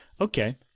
Okay